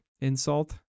insult